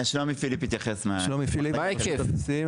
שלומי פיליפ מרשות המסים,